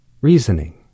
reasoning